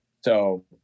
So-